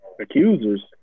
accusers